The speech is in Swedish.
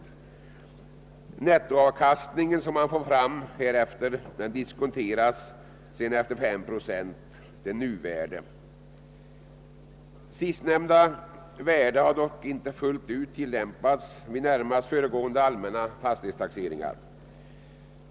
Den nettoavkastning, som man kommer fram till, diskonteras efter 5 procent till nuvärdet. Sistnämnda värde har dock inte fullt ut tillämpats vid närmast föregående allmänna fastighetstaxeringar.